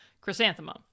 Chrysanthemum